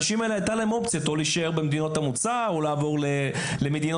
לאנשים האלה הייתה אופציה להישאר במדינות המוצא או להישאר במדינות